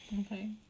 Okay